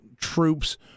troops